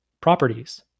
properties